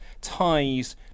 ties